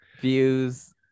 views